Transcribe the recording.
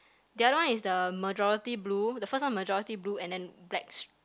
the other one is the majority blue the first one majority blue and then black str~